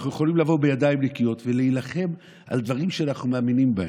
אנחנו יכולים לבוא בידיים נקיות ולהילחם על דברים שאנחנו מאמינים בהם.